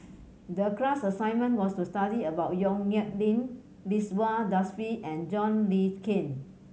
the class assignment was to study about Yong Nyuk Lin Ridzwan Dzafir and John Le Cain